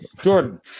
Jordan